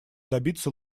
добиться